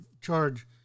charge